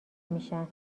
میشن